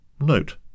Note